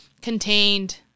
contained